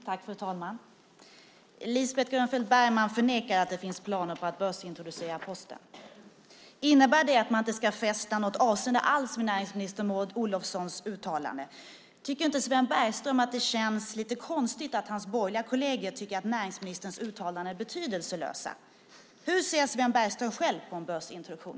Fru talman! Lisbeth Grönfeldt Bergman förnekar att det finns planer på att börsintroducera Posten. Innebär det att man inte ska fästa något avseende alls vid näringsminister Maud Olofssons uttalande? Tycker inte Sven Bergström att det känns lite konstigt att hans borgerliga kolleger tycker att näringsministerns uttalanden är betydelselösa? Hur ser Sven Bergström själv på en börsintroduktion?